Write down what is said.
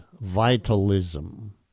vitalism